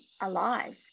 alive